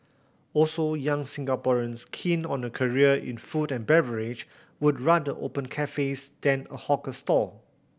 also young Singaporeans keen on a career in food and beverage would rather open cafes than a hawker stall